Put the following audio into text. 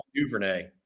DuVernay